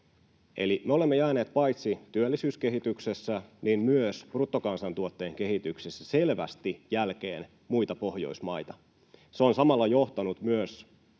me olemme jääneet paitsi työllisyyskehityksessä myös bruttokansantuotteen kehityksessä selvästi jälkeen muita Pohjoismaita. Se on samalla johtanut myös